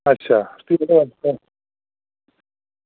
अच्छा